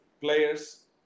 players